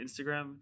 Instagram